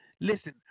Listen